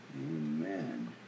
Amen